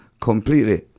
completely